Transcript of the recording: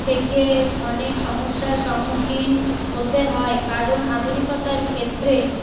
থেকে অনেক সমস্যার সম্মুখীন হতে হয় কারণ আধুনিকতার ক্ষেত্রে